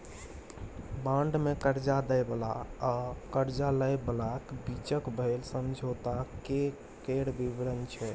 bond मे करजा दय बला आ करजा लय बलाक बीचक भेल समझौता केर बिबरण छै